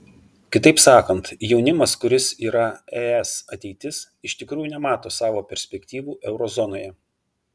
kitaip sakant jaunimas kuris yra es ateitis iš tikrųjų nemato savo perspektyvų euro zonoje